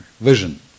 vision